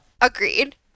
Agreed